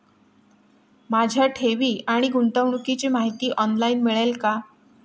माझ्या ठेवी आणि गुंतवणुकीची माहिती ऑनलाइन मिळेल का?